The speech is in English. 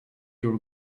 your